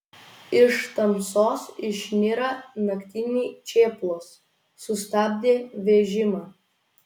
iš tamsos išniro naktiniai čėplos sustabdė vežimą